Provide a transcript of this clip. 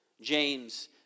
James